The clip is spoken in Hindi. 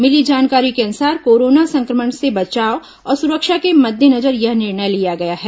मिली जानकारी के अनुसार कोरोना संक्रमण से बचाव और सुरक्षा के मद्देनजर यह निर्णय लिया गया है